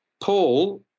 Paul